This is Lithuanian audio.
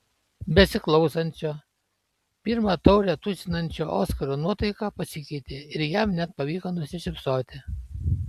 besiklausančio pirmą taurę tuštinančio oskaro nuotaika pasikeitė ir jam net pavyko nusišypsoti